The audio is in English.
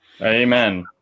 Amen